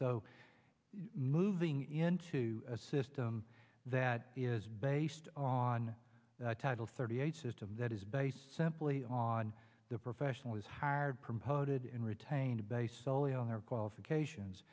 so moving into a system that is based on title thirty eight system that is based simply on the professional is hired posted in retained based solely on their qualifications